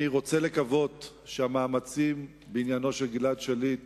אני רוצה לקוות שהמאמצים בעניינו של גלעד שליט